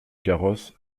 carrosse